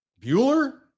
Bueller